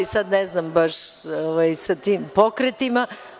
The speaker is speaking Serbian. Ne znam baš sa tim pokretima.